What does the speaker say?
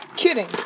kidding